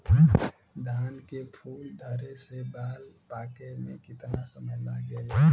धान के फूल धरे से बाल पाके में कितना समय लागेला?